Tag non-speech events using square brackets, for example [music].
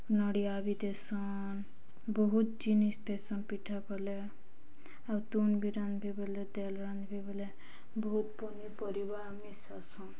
ନଡ଼ିଆ ବି ଦେସନ୍ ବହୁତ ଜିନିଷ୍ ଦେସନ୍ ପିଠା କଲେ ଆଉ ତୁନ୍ ବି ରାନ୍ଧିବି ବଲେ ତେଲ ରାନ୍ଧିବି ବଲେ ବହୁତ ପନିପରିବାର ଆମେ [unintelligible]